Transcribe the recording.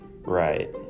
Right